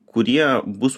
kurie bus